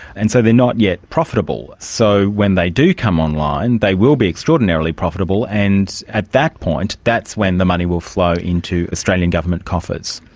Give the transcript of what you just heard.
and so they are not yet profitable. so when they do come online they will be extraordinarily profitable, and at that point that's when the money will flow into australian government coffers.